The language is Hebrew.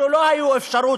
ולא היו אפשרויות,